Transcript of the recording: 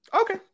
Okay